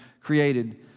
created